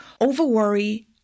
overworry